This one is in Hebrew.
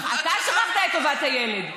אתה שכחת את טובת הילד.